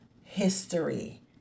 history